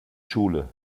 schule